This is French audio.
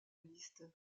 liste